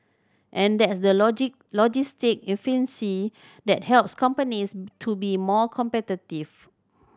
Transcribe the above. and that's the logic logistic efficiency that helps companies to be more competitive